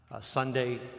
sunday